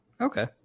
Okay